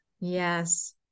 Yes